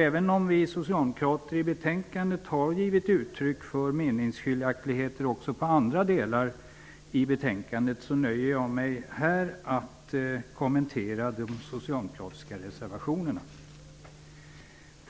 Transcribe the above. Även om vi socialdemokrater har givit uttryck för meningsskiljaktigheter också på andra delar i betänkandet nöjer jag mig med att kommentera de socialdemokratiska reservationerna.